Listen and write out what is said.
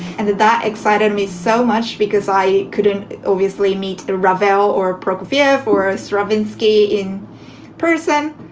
and that excited me so much because i couldn't obviously meet the rebel or prokofiev or stravinsky in person.